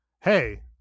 hey